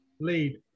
Lead